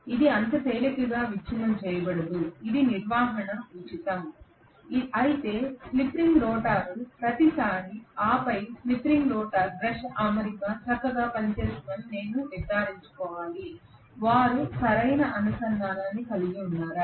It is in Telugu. ఇది అంత తేలికగా విచ్ఛిన్నం చేయబడదు ఇది నిర్వహణ ఉచితం అయితే స్లిప్ రింగ్ రోటర్ ప్రతిసారీ ఆపై స్లిప్ రింగ్తో బ్రష్ అమరిక చక్కగా పనిచేస్తుందని నేను నిర్ధారించుకోవాలి వారు సరైన అనుసంధానాన్ని కలిగి ఉన్నారా